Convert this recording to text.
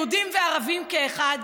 יהודים וערבים כאחד,